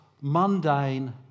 mundane